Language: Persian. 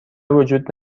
وجود